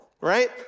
right